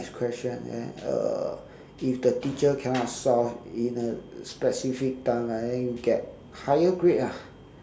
maths question and uh if the teacher cannot solve in a specific time right then you get higher grade ah